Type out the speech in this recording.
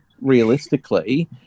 realistically